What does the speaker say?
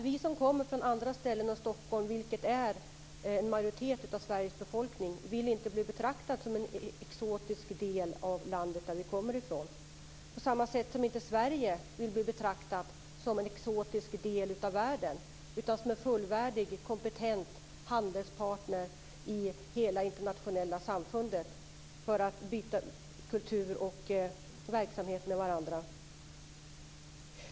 Vi som kommer från andra ställen än Stockholm, vilket är en majoritet av Sveriges befolkning, vill inte bli betraktade som en exotisk del av det land som vi kommer ifrån, på samma sätt som Sverige inte vill bli betraktat som en exotisk del av världen utan som en fullvärdig kompetent handelspartner i hela det internationella samfundet, så att vi kan utbyta kultur och verksamheter med varandra.